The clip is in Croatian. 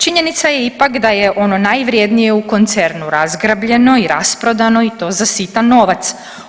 Činjenica je ipak da je ono najvrijednije u koncernu razgrabljeno i rasprodano i to za sitan novac.